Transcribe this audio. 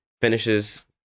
finishes